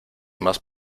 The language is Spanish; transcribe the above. más